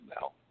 now